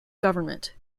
government